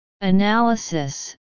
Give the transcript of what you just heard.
Analysis